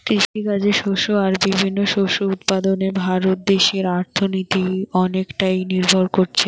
কৃষিকাজের শস্য আর বিভিন্ন শস্য উৎপাদনে ভারত দেশের অর্থনীতি অনেকটা নির্ভর কোরছে